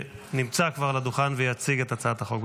שנמצא כבר על הדוכן ויציג את הצעת החוק.